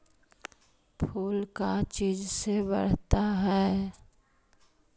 फूल का चीज से बढ़ता है?